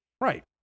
Right